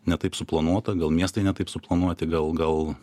ne taip suplanuota gal miestai ne taip suplanuoti gal gal